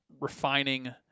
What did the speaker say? refining